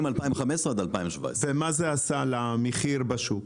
2015 עד 2017. ומה זה עשה למחיר בשוק?